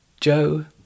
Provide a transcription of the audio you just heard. Joe